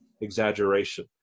exaggeration